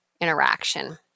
interaction